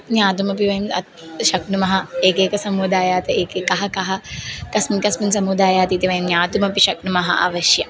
ज्ञातुमपि वयं अत् शक्नुमः एकैक समुदायात् एकैकः कः कस्मिन् कस्मिन् समुदायात् इति वयं ज्ञातुमपि शक्नुमः अवश्यम्